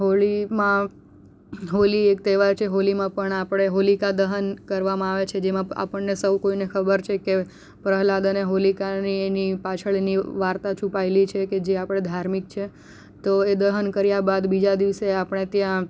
હોળીમાં હોળી એક તહેવાર છે હોલીમાં પણ આપણે હોલિકા દહન કરવામાં આવે છે જેમાં આપણને સૌ કોઈને ખબર છે કે પ્રહલાદ અને હોલિકાની એની પાછળ એની વાર્તા છુપાયેલી છે કે જે આપણે ધાર્મિક છે તો એ દહન કર્યાં બાદ બીજા દિવસે આપણે ત્યાં